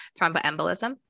thromboembolism